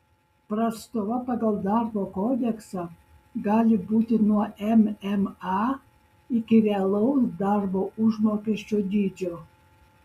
prastova pagal darbo kodeksą gali būti nuo mma iki realaus darbo užmokesčio dydžio